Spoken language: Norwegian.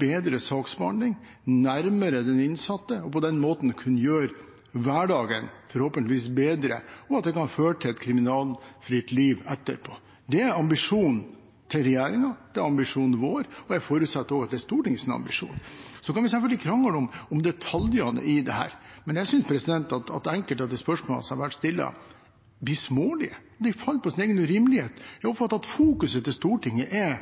bedre saksbehandling nærmere den innsatte, og på den måten forhåpentligvis kan gjøre hverdagen bedre, og at det kan føre til et kriminalfritt liv etterpå. Det er ambisjonen til regjeringen, det er ambisjonen vår, og jeg forutsetter at det også er Stortingets ambisjon. Så kan vi selvfølgelig krangle om detaljene i dette, men jeg synes enkelte av de spørsmålene som har vært stilt, blir smålige, og de faller på sin egen urimelighet. Jeg oppfatter det slik at fokuset til Stortinget er